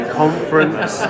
conference